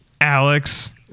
Alex